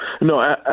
No